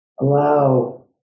allow